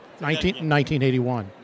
1981